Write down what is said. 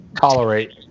tolerate